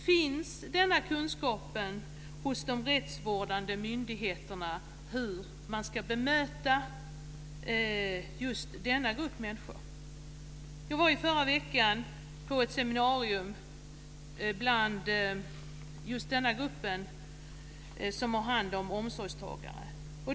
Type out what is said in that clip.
Finns det kunskap hos de rättsvårdande myndigheterna om hur man ska bemöta just denna grupp människor? Jag var i förra vecka på ett seminarium hos den grupp som har hand om omsorgstagare.